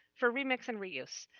for remix and re-use.